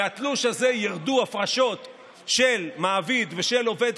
מהתלוש הזה ירדו הפרשות של מעביד ושל עובד,